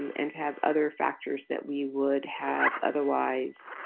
and to have other factors that we would have otherwise